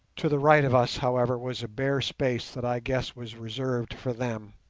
to the right of us, however, was a bare space that i guessed was reserved for them.